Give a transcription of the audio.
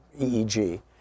EEG